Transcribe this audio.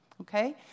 Okay